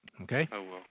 Okay